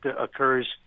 occurs